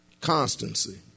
constancy